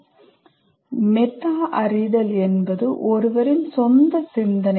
கற்றலின் வகைபிரித்தல் பற்றி பேசும்போது TALE Module 1 இல் மெட்டா அறிவாற்றல் பற்றி பேசினோம்